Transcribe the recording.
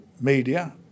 media